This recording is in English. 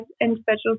individuals